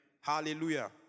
Hallelujah